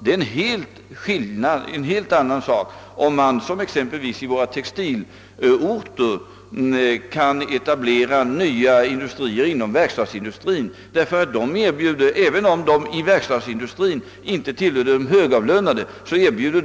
Det är en helt annan sak om man, som i våra textilorter exempelvis, kan etablera ny verkstadsindustri som — även om de som arbetar inom verkstadsindustrin inte tillhör de högavlönade — erbjuder